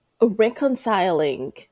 reconciling